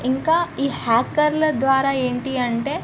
ఇంకా ఈ హ్యాకర్ల ద్వారా ఏంటి అంటే